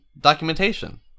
documentation